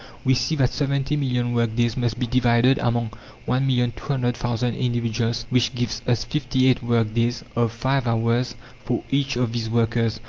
we see that seventy million work-days must be divided among one million two hundred thousand individuals, which gives us fifty-eight work-days of five hours for each of these workers.